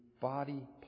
body